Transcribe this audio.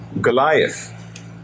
Goliath